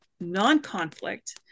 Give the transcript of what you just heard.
non-conflict